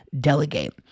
delegate